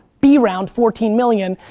b round fourteen million.